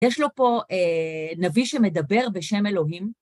יש לו פה נביא שמדבר בשם אלוהים.